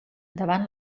davant